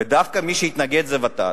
ודווקא מי שהתנגד לזה זה ות"ת,